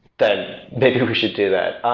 then maybe we should do that.